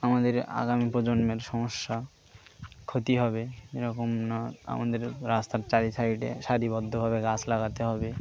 আমাদের আগামী প্রজন্মের সমস্যা ক্ষতি হবে এরকম না আমাদের রাস্তার চারি সাইডে সারিবদ্ধ ভাবে গাছ লাগাতে হবে